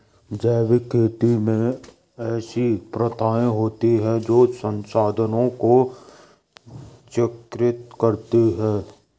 जैविक खेती में ऐसी प्रथाएँ होती हैं जो संसाधनों को चक्रित करती हैं